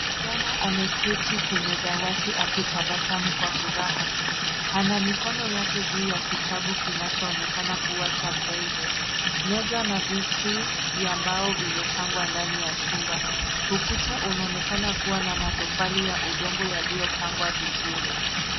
Kijana ameketi kwenye dawati akitabasamu kwa furaha. Ana mikono yake juu ya kitabu kinachoonekana kuwa cha braile . Meza na viti vya mbao vimepangwa ndani ya chumba. Ukuta unaonekana kuwa na matofali ya udongo yaliyopangwa vizuri.